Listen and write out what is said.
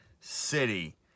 city